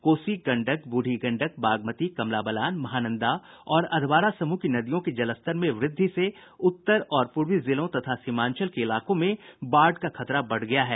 कोसी गंडक बूढ़ी गंडक बागमती कमला बलान महानंदा और अधवारा समूह की नदियों के जलस्तर में वृद्धि से उत्तर और पूर्वी जिलों तथा सीमांचल के इलाकों में बाढ़ का खतरा बढ़ गया है